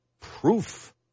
proof